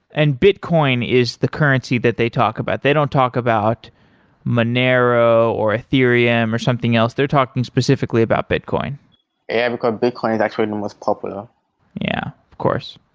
and bitcoin is the currency that they talk about? they don't talk about manero, or ethereum, or something else? they're talking specifically about bitcoin yeah, because bitcoin is actually the most popular yeah, of course.